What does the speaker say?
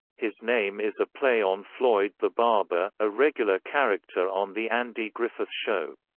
his name is a play on floyd the barber, a regular character on the andy griffith show.